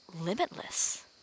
limitless